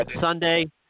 Sunday